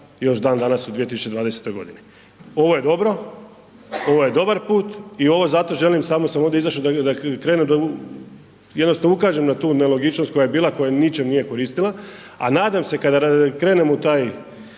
još dan danas u 2020.g. Ovo je dobro, ovo je dobar put i ovo zato želim samo sam ovdje izašo da krenu da jednostavno ukažem na tu nelogičnost koja je bila, koja ničem nije koristila, a nadam se kada krenemo u taj